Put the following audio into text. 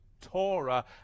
Torah